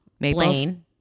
Blaine